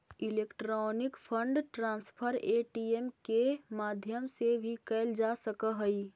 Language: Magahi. इलेक्ट्रॉनिक फंड ट्रांसफर ए.टी.एम के माध्यम से भी कैल जा सकऽ हइ